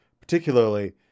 particularly